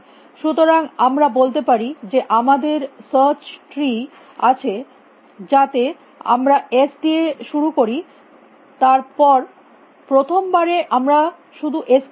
সুতরাং আমরা বলটি পারি যে আমাদের একটি সার্চ ট্রি আছে যাতে আমরা s দিয়ে শুরু করি তার পর প্রথম বারে আমরা শুধু s কে দেখি